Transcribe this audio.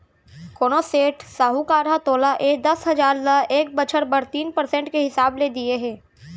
कोनों सेठ, साहूकार ह तोला ए दस हजार ल एक बछर बर तीन परसेंट के हिसाब ले दिये हे?